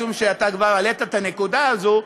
משום שאתה כבר העלית את הנקודה הזאת,